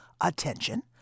attention